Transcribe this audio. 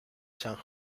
san